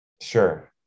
Sure